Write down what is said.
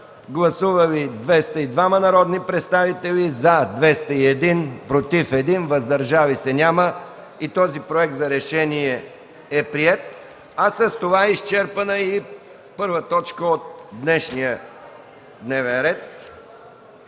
Гласували 202 народни представители: за 201, против 1, въздържали се няма. И този проект за решение е приет, а с това е изчерпана и първа точка от днешния дневния ред.